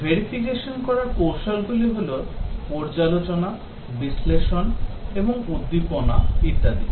Verification করার কৌশলগুলি হল পর্যালোচনা বিশ্লেষণ এবং উদ্দীপনা ইত্যাদি